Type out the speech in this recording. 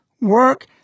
work